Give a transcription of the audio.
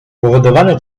powodowany